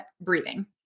breathing